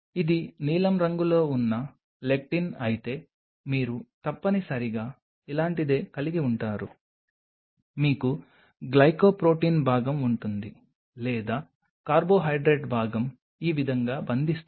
ఇది నీలం రంగులో ఉన్న లెక్టిన్ అయితే మీరు తప్పనిసరిగా ఇలాంటిదే కలిగి ఉంటారు మీకు గ్లైకోప్రొటీన్ భాగం ఉంటుంది లేదా కార్బోహైడ్రేట్ భాగం ఈ విధంగా బంధిస్తుంది